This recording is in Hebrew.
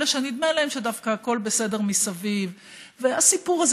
אלה שנדמה להם שדווקא הכול בסדר מסביב והסיפור הזה